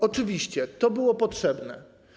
Oczywiście to było potrzebne.